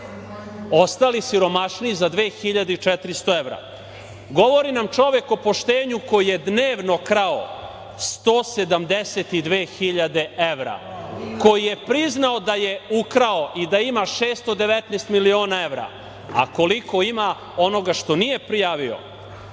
ostali siromašni za 2.400 evra. Govori nam čovek o poštenju koji je dnevno krao 172.000 evra, koji je priznao da je ukrao i da ima 619 miliona evra, a koliko ima onoga što nije prijavio.